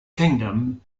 kingdom